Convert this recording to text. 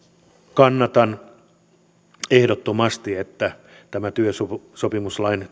kannatan ehdottomasti että tämä työsopimuslain